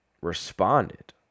responded